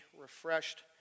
refreshed